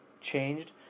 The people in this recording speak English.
changed